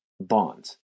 bonds